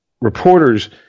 Reporters